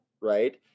Right